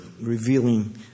revealing